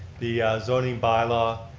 the zoning bylaw,